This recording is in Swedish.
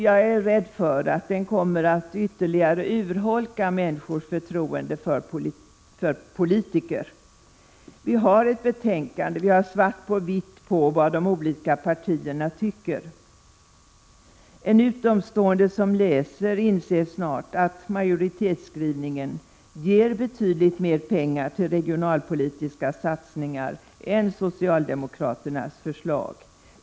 Jag är rädd för att den kommer att ytterligare urholka människors förtroende för politiker. Vi har ett betänkande, vi har svart på vitt på vad de olika partierna tycker. En utomstående som läser inser snart att majoritetsskrivningen ger betydligt mer pengar till regionalpolitiska satsningar än socialdemokraternas förslag.